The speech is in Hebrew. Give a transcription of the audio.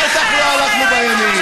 בטח לא אנחנו בימין.